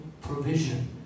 provision